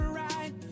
right